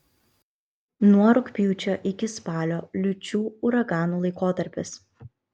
nuo rugpjūčio iki spalio liūčių uraganų laikotarpis